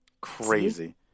crazy